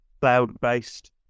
cloud-based